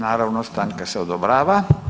Naravno stanka se odobrava.